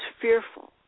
fearful